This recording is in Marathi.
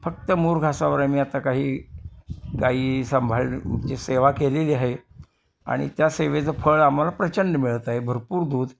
फक्त मुरघासावर आम्ही आता काही गाई सांभाळणं जी सेवा केलेली आहे आणि त्या सेवेचं फळ आम्हाला प्रचंड मिळत आहे भरपूर दूध